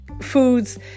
foods